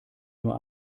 nur